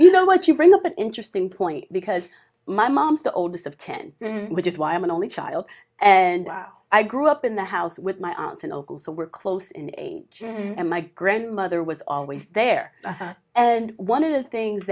you know what you bring up an interesting point because my mom's the oldest of ten which is why i'm an only child and i grew up in the house with my aunts and uncles so we're close in age and my grandmother was always there and one of th